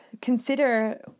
consider